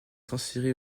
transféré